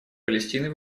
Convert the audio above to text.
палестины